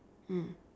mm